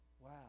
wow